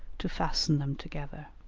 to fasten them together.